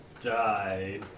died